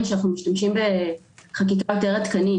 שאנחנו משתמשים בו בחקיקה יותר עדכנית,